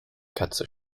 katze